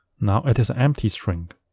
now it is an empty string.